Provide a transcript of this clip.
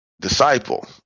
disciple